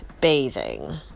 bathing